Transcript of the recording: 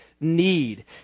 need